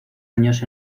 años